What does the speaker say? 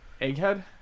Egghead